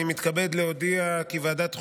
אני מתכבד להודיע כי ועדת החוקה,